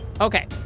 Okay